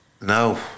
No